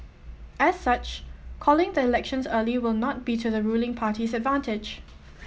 as such calling the elections early will not be to the ruling party's advantage